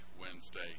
Wednesday